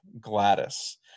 Gladys